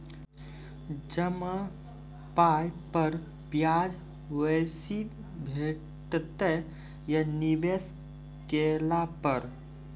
जमा पाय पर ब्याज बेसी भेटतै या निवेश केला पर?